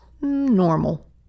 normal